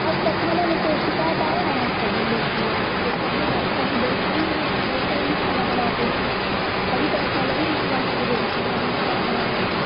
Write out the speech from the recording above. آج تک کھانا میں کوئی شکایت آیا ہے کبھی میرے کھانا میں ہم تو سب دن اچھا ہی بہترین بہتر ہی کھانا بناتے ہیں ہم کبھی تو ایسا نہیں ہوا ہے جو کہ کھانا ہم خراب بنائیں ہوں